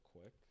quick